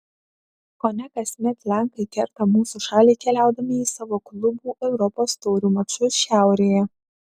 kone kasmet lenkai kerta mūsų šalį keliaudami į savo klubų europos taurių mačus šiaurėje